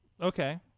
Okay